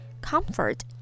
comfort